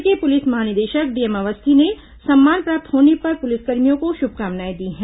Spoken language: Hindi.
राज्य के पुलिस महानिदेशक डीएम अवस्थी ने सम्मान प्राप्त होने पर पुलिसकर्मियों को शुभकामनाएं दी हैं